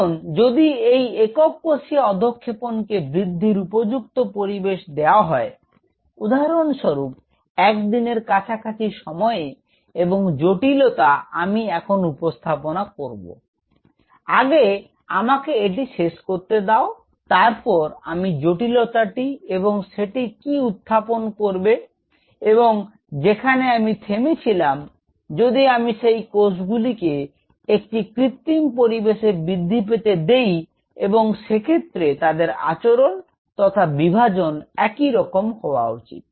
এখন যদি এই একক কোষীয় অধঃক্ষেপণ কে বৃদ্ধির উপযুক্ত পরিবেশ দেওয়া হয় উদাহরণস্বরূপ এক দিনের কাছাকাছি সময়ে এবং এর জটিলতা আমি এখন উপস্থাপনা করব আগে আমাকে এটি শেষ করতে দাও তারপর আমি জটিলতাটি এবং সেটি কি তা উত্থাপন করব এবং যেখানে আমি থেমেছিলাম যদি আমি সেই কোষগুলিকে একটি কৃত্রিম পরিবেশে বৃদ্ধি পেতে দিই এবং সেক্ষেত্রে তাদের আচরণ তথা বিভাজন একই রকম হওয়া উচিত